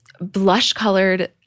blush-colored